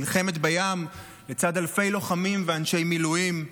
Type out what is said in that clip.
נלחמת בים לצד אלפי לוחמים ואנשי מילואים.